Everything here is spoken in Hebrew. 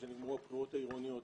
כשנגמרו הבחירות העירוניות,